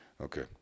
Okay